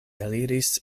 eliris